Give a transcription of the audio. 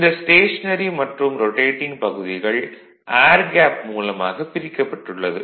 இந்த ஸ்டேஷனரி மற்றும் ரொடேடிங் பகுதிகள் எர் கேப் மூலமாகப் பிரிக்கப்பட்டுள்ளது